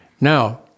Now